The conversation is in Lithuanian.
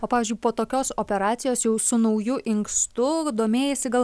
o pavyzdžiui po tokios operacijos jau su nauju inkstu domėjaisi gal